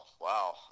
Wow